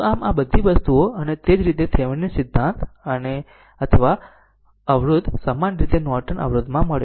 તો આમ આ બધી વસ્તુઓ અને તે જ રીતે થેવેનીન સિદ્ધાંત અથવા અવરોધ સમાન રીતે નોર્ટન અવરોધ મળ્યો